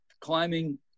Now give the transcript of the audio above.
climbing